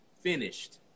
finished